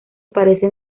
parecen